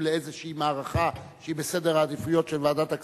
לאיזו מערכה שהיתה בסדר העדיפויות של ועדת הכספים,